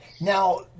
Now